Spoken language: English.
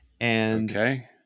Okay